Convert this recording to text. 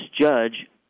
judge